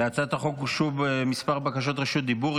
להצעת החוק אושרו מספר בקשות רשות דיבור.